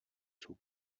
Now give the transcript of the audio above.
jsou